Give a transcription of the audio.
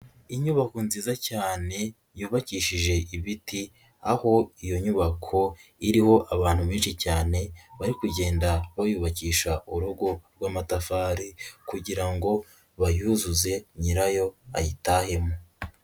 Inyubako nziza cyane yubakishije ibiti, aho iyo nyubako iriho abantu benshi cyane bari kugenda bayubakisha urugo rw'amatafari, kugira ngo bayuzuze nyirayo ayitahemo.